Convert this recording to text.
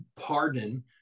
pardon